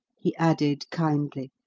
he added kindly,